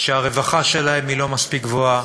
שהרווחה שלהם לא מספיק גבוהה,